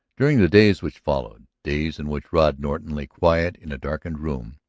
during the days which followed, days in which rod norton lay quiet in a darkened room,